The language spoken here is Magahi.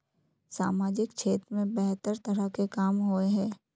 सामाजिक क्षेत्र में बेहतर तरह के काम होय है?